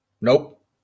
Nope